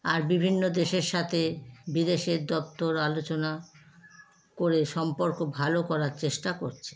আর বিভিন্ন দেশের সাথে বিদেশের দফতর আলোচনা করে সম্পর্ক ভালো করার চেষ্টা করছে